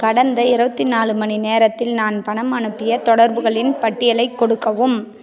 கடந்த இருபத்தி நாலு மணிநேரத்தில் நான் பணம் அனுப்பிய தொடர்புகளின் பட்டியலைக் கொடுக்கவும்